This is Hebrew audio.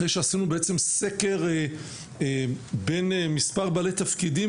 אחרי שעשינו בעצם סקר בין מספר בעלי תפקידים,